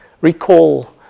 Recall